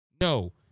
No